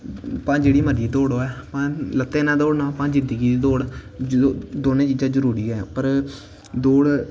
भांऐं जेह्ड़ी मर्जी दौड़ होऐ लत्तें कन्नै दौड़ना भांऐं जिंदगी कन्नै दौड़ दौनें चीज़ां जरूरी ऐ पर दौड़